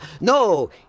No